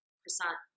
croissant